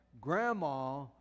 Grandma